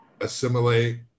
assimilate